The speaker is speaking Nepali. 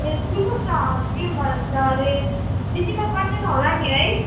ए सुन्नुहोस् न के भन्छ अरे बेसी त पर्दैन होला नि है